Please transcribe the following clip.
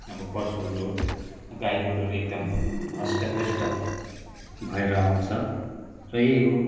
अब पशुहरू गाई गोरुहरू एकदम हृष्टपुष्ट भएर आउँछ र यही हो